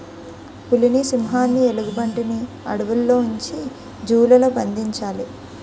పులిని సింహాన్ని ఎలుగుబంటిని అడవుల్లో ఉంచి జూ లలో బంధించాలి